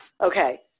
Okay